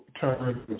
turn